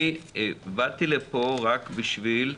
אני באתי לפה רק בשביל,